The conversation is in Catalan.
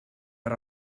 per